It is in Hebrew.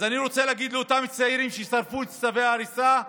אז אני רוצה להגיד לאותם צעירים ששרפו את צווי ההריסה: